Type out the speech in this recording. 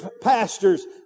pastors